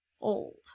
old